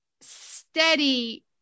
steady